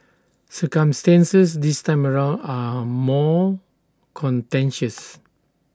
circumstances this time around are more contentious